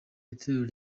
itorero